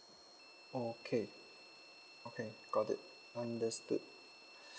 okay okay got it understood